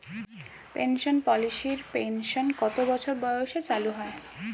Pension পলিসির pension কত বছর বয়সে চালু হয়?